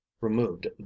removed